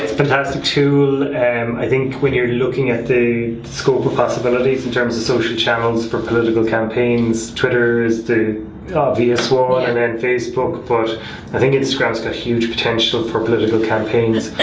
fantastic tool. i think when you're looking at the scope of possibilities in terms of social channels for political campaigns, twitter is the obvious one and then facebook, but i think instagram's got huge potential for political campaigns.